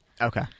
Okay